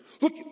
Look